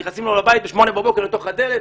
נכנסים לו לבית בשעה 8:00 בבוקר לתוך הדלת